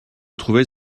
trouvais